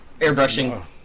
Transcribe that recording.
Airbrushing